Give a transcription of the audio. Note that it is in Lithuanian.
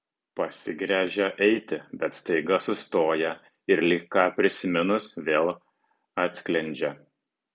pasigręžia eiti bet staiga sustoja ir lyg ką prisiminus vėl atsklendžia